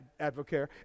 Advocare